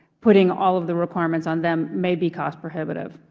putting all of the requirements on them may be cost prohibitive.